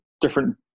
different